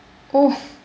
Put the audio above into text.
oh